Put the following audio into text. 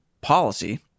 policy